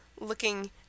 looking